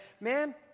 man